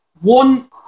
one